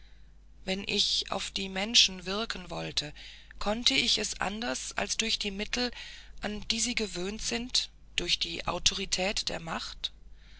wenn ich auf die menschen wirken wollte konnte ich es anders als durch die mittel an die sie gewöhnt sind durch die autorität der macht